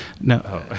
No